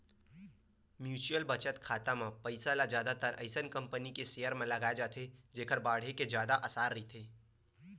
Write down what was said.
mutual बचत खाता म पइसा ल जादातर अइसन कंपनी के सेयर म लगाए जाथे जेखर बाड़हे के जादा असार रहिथे